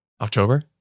October